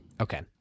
Okay